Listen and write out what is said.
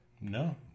No